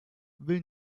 will